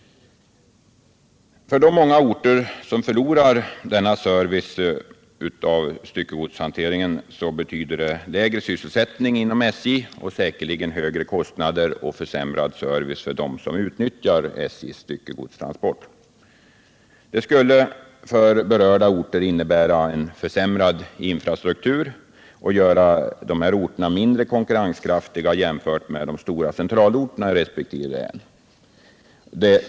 För de många orter som förlorar styckegodshantering om förslaget genomförs betyder det lägre sysselsättning inom SJ och säkerligen högre kostnader och försämrad service för alla dem som utnyttjar SJ:s stycke godstransport. En försämrad service skulle för berörda orter innebära också en försämrad infrastruktur och göra dem mindre konkurrenskraftiga jämfört med de stora centralorterna i resp. län.